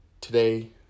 Today